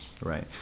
right